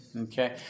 okay